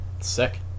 Sick